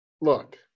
look